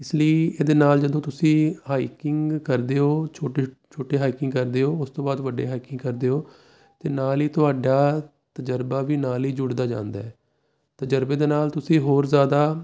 ਇਸ ਲਈ ਇਹਦੇ ਨਾਲ ਜਦੋਂ ਤੁਸੀਂ ਹਾਈਕਿੰਗ ਕਰਦੇ ਹੋ ਛੋਟੇ ਛੋਟੇ ਹਾਈਕਿੰਗ ਕਰਦੇ ਹੋ ਉਸ ਤੋਂ ਬਾਅਦ ਵੱਡੇ ਹਾਈਕਿੰਗ ਕਰਦੇ ਹੋ ਤਾਂ ਨਾਲ ਹੀ ਤੁਹਾਡਾ ਤਜਰਬਾ ਵੀ ਨਾਲ ਹੀ ਜੁੜਦਾ ਜਾਂਦਾ ਤਜਰਬੇ ਦੇ ਨਾਲ ਤੁਸੀਂ ਹੋਰ ਜ਼ਿਆਦਾ